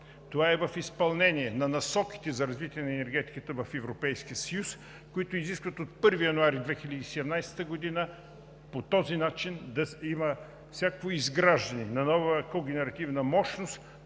Това е в изпълнение на насоките за развитие на енергетиката в Европейския съюз, които изискват от 1 януари 2017 г. по този начин да има всякакво изграждане на нова когенеративна мощност,